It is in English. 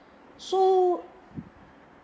so